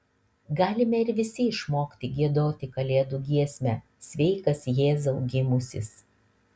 galime ir visi išmokti giedoti kalėdų giesmę sveikas jėzau gimusis